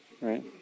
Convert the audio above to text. right